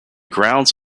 grounds